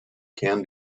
can